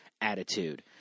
attitude